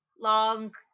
long